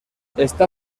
està